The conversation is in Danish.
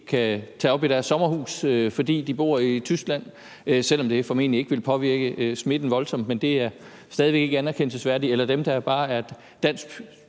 kan tage op i deres sommerhus, fordi de bor i Tyskland – det ville formentlig ikke påvirke smitten voldsomt, men det er stadig væk ikke et anerkendelsesværdigt formål – eller